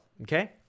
Okay